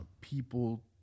people